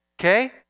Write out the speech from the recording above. okay